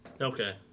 Okay